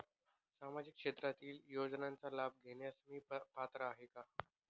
सामाजिक क्षेत्रातील योजनांचा लाभ घेण्यास मी पात्र आहे का?